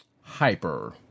hyper